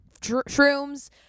shrooms